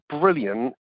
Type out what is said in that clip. brilliant